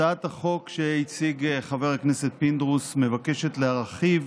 הצעת החוק שהציג חבר הכנסת פינדרוס מבקשת להרחיב